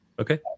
Okay